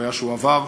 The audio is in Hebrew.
חוויה שהוא עבר,